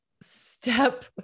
step